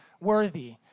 worthy